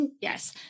Yes